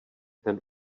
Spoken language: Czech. ten